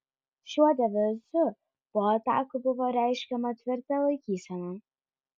šiuo devizu po atakų buvo reiškiama tvirta laikysena